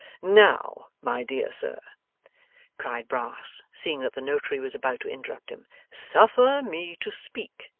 now, my dear sir cried brass, seeing that the notary was about to interrupt him, suffer me to speak,